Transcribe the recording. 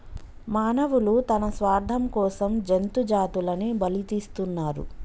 మానవులు తన స్వార్థం కోసం జంతు జాతులని బలితీస్తున్నరు